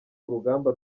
urugamba